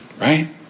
Right